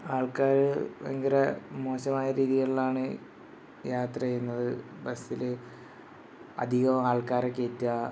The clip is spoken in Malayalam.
ആൾക്കാർ ഭയങ്കര മോശമായ രീതികളിലാണ് യാത്ര ചെയ്യുന്നത് ബസ്സിൽ അധികം ആൾക്കാരെ കയറ്റുക